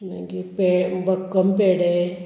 मागीर पे बक्कम पेडे